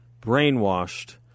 brainwashed